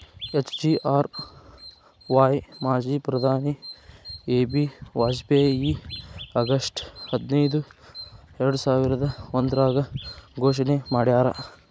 SGRY ಮಾಜಿ ಪ್ರಧಾನಿ AB Vajpayee August ಹದಿನೈದು ಎರ್ಡಸಾವಿರದ ಒಂದ್ರಾಗ ಘೋಷಣೆ ಮಾಡ್ಯಾರ